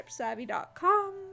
Tripsavvy.com